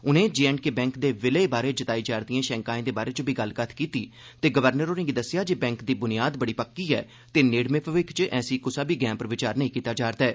उनें J and K bank दे विलय बारै जताई जा'रदी शैंकाएं दे बारै च बी गल्लकत्थ कीती ते गवर्नर होरें'गी दस्सेआ जे बैंक दी बुनियाद बड़ी पक्की ऐ ते नेड़मे भविक्ख च ऐसी कुसा बी गैंह् पर विचार नेई कीता जा'रदा ऐ